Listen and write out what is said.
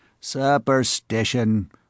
Superstition